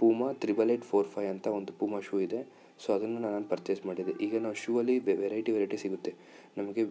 Puma triple eight four five ಅಂತ ಒಂದು Puma shoe ಇದೆ ಸೊ ಅದನ್ನು ನಾನು ಪರ್ಚೆಸ್ ಮಾಡಿದೆ ಈಗ ನಾವು ಶೂ ಅಲ್ಲಿ ವೈರೈಟಿ ವೈರೈಟಿ ಸಿಗುತ್ತೆ ನಮಗೆ